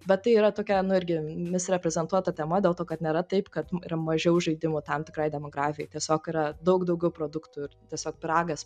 bet tai yra tokia nu irgi misreprezentuota tema dėl to kad nėra taip kad yra mažiau žaidimų tam tikrai demografijai tiesiog yra daug daugiau produktų ir tiesiog pyragas